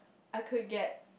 I could get